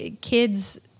kids